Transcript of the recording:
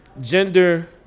Gender